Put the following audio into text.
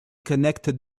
connected